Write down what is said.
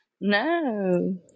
No